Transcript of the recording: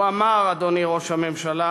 הוא אמר, אדוני ראש הממשלה: